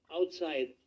Outside